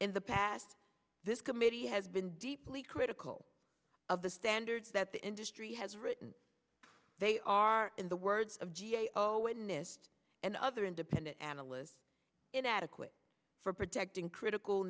in the past this committee has been deeply critical of the standards that the industry has written they are in the words of g a o inist and other independent analysts inadequate for protecting critical